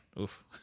oof